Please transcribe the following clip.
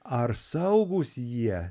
ar saugūs jie